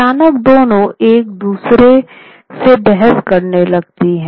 अचानक दोनों एक दूसरे से बहस करने लगते हैं